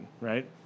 right